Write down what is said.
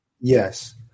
Yes